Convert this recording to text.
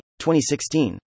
2016